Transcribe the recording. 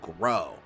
grow